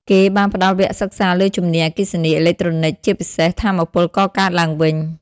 គេបានផ្តល់វគ្គសិក្សាលើជំនាញអគ្គិសនី អេឡិចត្រូនិក ជាពិសេស ថាមពលកកើតឡើងវិញ។